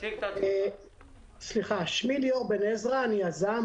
אני יזם,